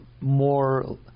more